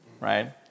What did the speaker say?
Right